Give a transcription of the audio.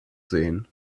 sehen